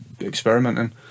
experimenting